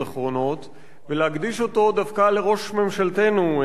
אחרונות" ולהקדיש אותו דווקא לראש ממשלתנו,